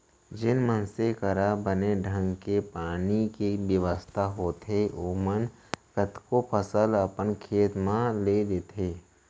जेन मनसे करा बने ढंग के पानी के बेवस्था होथे ओमन कतको फसल अपन खेत म ले लेथें